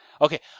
Okay